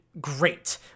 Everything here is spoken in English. great